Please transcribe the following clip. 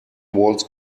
walls